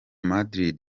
madrid